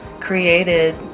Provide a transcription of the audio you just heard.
created